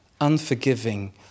unforgiving